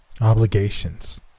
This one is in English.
obligations